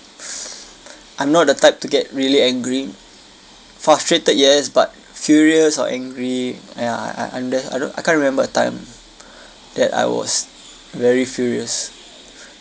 I'm not the type to get really angry frustrated yes but furious or angry ya I I'm def~ I don't I can't remember a time that I was very furious